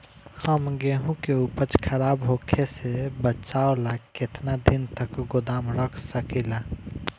हम गेहूं के उपज खराब होखे से बचाव ला केतना दिन तक गोदाम रख सकी ला?